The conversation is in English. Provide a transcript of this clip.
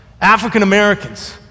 African-Americans